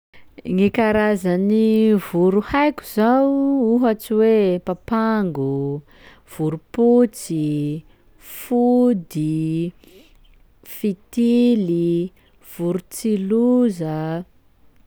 Gny karazan'ny voro haiko zao: ohatsy hoe papango, vorompotsy, fody, fitily, vorontsiloza.